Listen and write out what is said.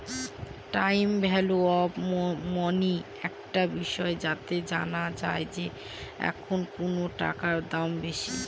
time value of money একটা বিষয় যাতে জানা যায় যে এখন কোনো টাকার দাম বেশি